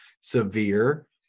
severe